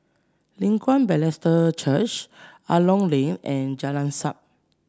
Leng Kwang Baptist Church Angklong Lane and Jalan Siap